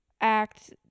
act